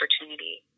opportunity